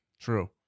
True